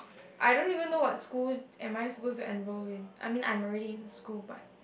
I don't even know what school am I supposed to enroll in I mean I'm already in a school but